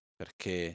perché